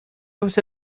você